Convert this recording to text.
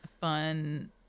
fun